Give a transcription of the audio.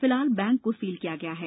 फिलहाल बैंक को सील किया गया है